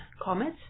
comets